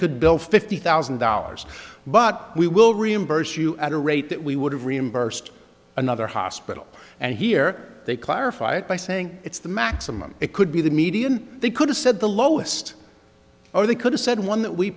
could bill fifty thousand dollars but we will reimburse you at a rate that we would have reimbursed another hospital and here they clarify it by saying it's the maximum it could be the median they could have said the lowest or they could have said one that we